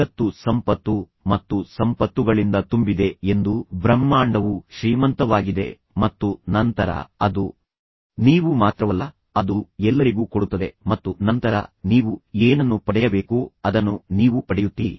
ಜಗತ್ತು ಸಂಪತ್ತು ಮತ್ತು ಸಂಪತ್ತುಗಳಿಂದ ತುಂಬಿದೆ ಎಂದು ಬ್ರಹ್ಮಾಂಡವು ಶ್ರೀಮಂತವಾಗಿದೆ ಮತ್ತು ನಂತರ ಅದು ನೀವು ಮಾತ್ರವಲ್ಲ ಅದು ಎಲ್ಲರಿಗೂ ಕೊಡುತ್ತದೆ ಮತ್ತು ನಂತರ ನೀವು ಏನನ್ನು ಪಡೆಯಬೇಕೋ ಅದನ್ನು ನೀವು ಪಡೆಯುತ್ತೀರಿ